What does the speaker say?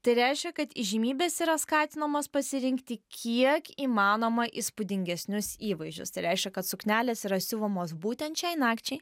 tai reiškia kad įžymybės yra skatinamos pasirinkti kiek įmanoma įspūdingesnius įvaizdžius tai reiškia kad suknelės yra siuvamos būtent šiai nakčiai